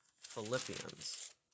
Philippians